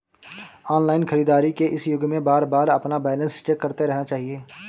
online खरीदारी के इस युग में बारबार अपना बैलेंस चेक करते रहना चाहिए